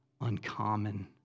uncommon